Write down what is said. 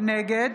נגד